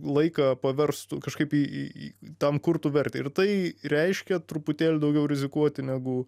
laiką paverstų kažkaip į į tam kurtų vertę ir tai reiškia truputėlį daugiau rizikuoti negu